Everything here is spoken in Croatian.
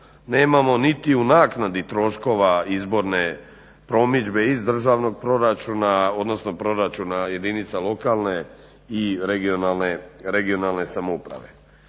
nemamo niti u naknadi troškova izborne promidžbe iz državnog proračuna odnosno proračuna jedinica lokalne i regionalne samouprave.